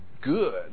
good